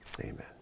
amen